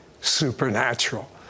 supernatural